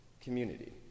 community